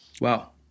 Wow